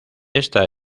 esta